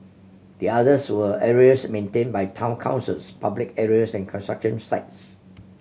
the others were areas maintained by town councils public areas and construction sites